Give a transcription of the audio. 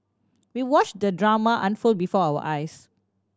we watched the drama unfold before our eyes